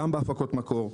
גם בהפקות מקור,